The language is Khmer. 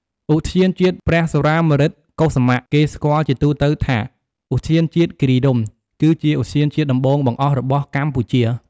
ឧទ្យានជាតិព្រះសុរាម្រិតកុសុមៈ គេស្គាល់ជាទូទៅថា ឧទ្យានជាតិគិរីរម្យ គឺជាឧទ្យានជាតិដំបូងបង្អស់របស់កម្ពុជា។